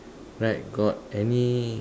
right got any